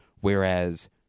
Whereas